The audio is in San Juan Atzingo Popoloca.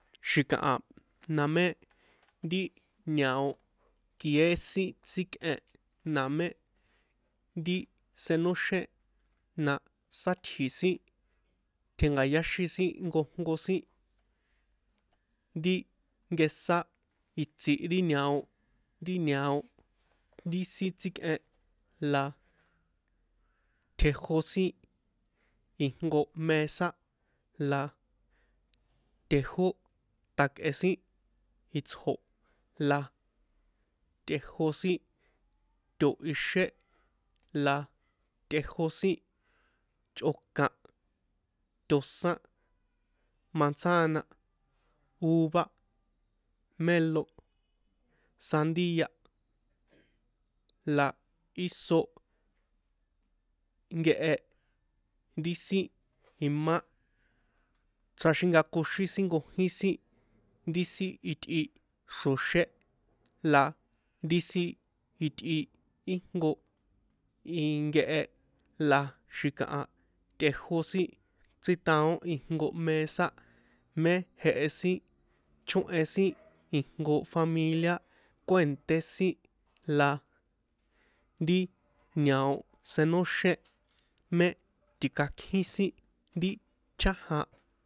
Xi̱kaha na mé ri ñao kie sin tsíkꞌen na mé ti senóxén na sátsji sin tjénka̱yáxin sin jnkojnko sin ri nkesán itsi ri ñao ri ñao ri sin tsíkꞌen la tjejosin ijnko mesa la tejótakꞌe sin itsjo la tꞌejo sin to ixé la tejo sin chꞌokan tosán manzana uva mélon sandia la íso nkehe ri sin imá chraxinkakoxín sin jnkojín sin ti sin itꞌi xro̱xé la ri sin itꞌi íjnko in nkehe la xi̱kaha tejo sin chrítaon ijnko mésa mé jehe sin chóhen sin ijnko familia kuènté sin la nti ñao senóxén mé ti̱kakjin sin ri chájan.